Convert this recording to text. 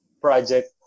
project